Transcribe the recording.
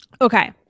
Okay